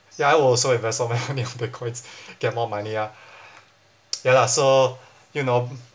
ya I will also invest all my money on bitcoins get more money ah ya lah so you know